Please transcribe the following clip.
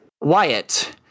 Wyatt